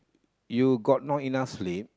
you got not enough sleep